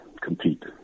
compete